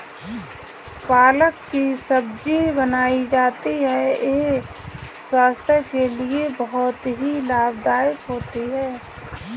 पालक की सब्जी बनाई जाती है यह स्वास्थ्य के लिए बहुत ही लाभदायक होती है